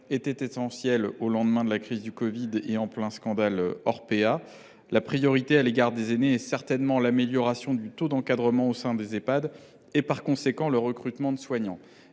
était essentielle, au lendemain de la crise du covid 19 et en plein scandale Orpea. La priorité à l’égard des aînés est certainement d’améliorer le taux d’encadrement au sein des Ehpad et, par conséquent, de recruter des soignants.